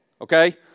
Okay